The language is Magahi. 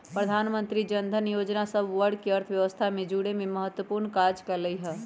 प्रधानमंत्री जनधन जोजना सभ वर्गके अर्थव्यवस्था से जुरेमें महत्वपूर्ण काज कल्कइ ह